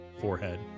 forehead